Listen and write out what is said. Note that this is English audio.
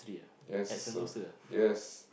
yes sir yes